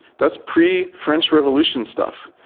that's pre-french revolution stuff.